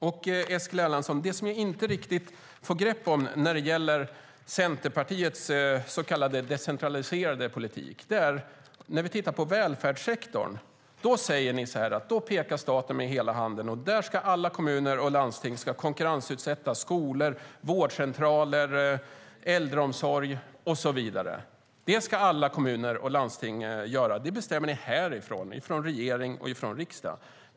Det är en sak som jag inte riktigt får grepp om, Eskil Erlandsson, beträffande Centerpartiets så kallade decentraliserade politik. När vi tittar på välfärdssektorn pekar staten med hela handen. Då ska alla kommuner och landsting konkurrensutsätta skolor, vårdcentraler, äldreomsorg och så vidare. Det ska alla kommuner och landsting göra, och det bestämmer ni i regering och riksdag.